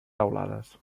teulades